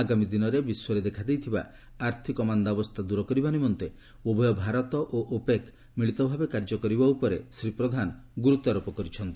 ଆଗାମୀ ଦିନରେ ବିଶ୍ୱରେ ଦେଖାଦେଇଥିବା ଆର୍ଥକ ମାନ୍ଦାବସ୍ଥା ଦୂର କରିବା ନିମନ୍ତେ ଉଭୟ ଭାରତ ଓ ଓପେକ୍ ମିଳିତ ଭାବେ କାର୍ଯ୍ୟ କରିବା ଉପରେ ଶ୍ରୀ ପ୍ରଧାନ ଗୁରୁତ୍ୱ ଆରୋପ କରିଛନ୍ତି